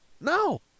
No